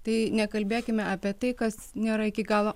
tai nekalbėkime apie tai kas nėra iki galo